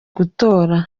gutora